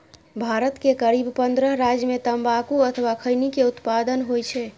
भारत के करीब पंद्रह राज्य मे तंबाकू अथवा खैनी के उत्पादन होइ छै